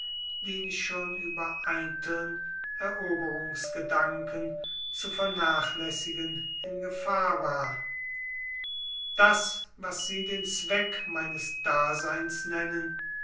den ich schon über eiteln eroberungsgedanken zu vernachlässigen in gefahr war das was sie den zweck meines daseins nennen